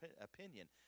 opinion